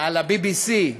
על ה-BBC.